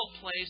place